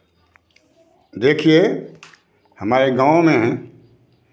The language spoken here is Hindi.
देखिए हमारे गाँव में